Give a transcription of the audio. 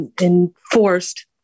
enforced